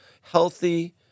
healthy